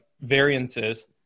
variances